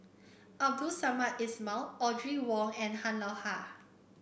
Abdul Samad Ismail Audrey Wong and Han Lao Da